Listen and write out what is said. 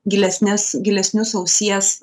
gilesnes gilesnius ausies